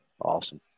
Awesome